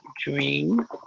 dream